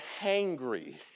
hangry